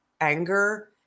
anger